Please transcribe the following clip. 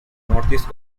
northeast